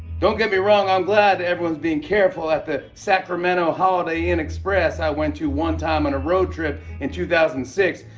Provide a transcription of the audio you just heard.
don't get me wrong. i'm glad everyone's being careful at the sacramento holiday inn express i went to one time on a road trip in two thousand and six,